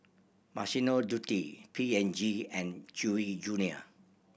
Massimo Dutti P and G and Chewy Junior